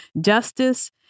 justice